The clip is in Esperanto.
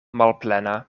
malplena